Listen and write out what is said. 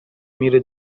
میره